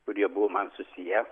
kurie buvo man susiję